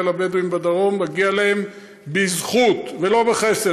לבדואים בדרום מגיע להם בזכות ולא בחסד.